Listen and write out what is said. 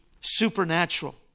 supernatural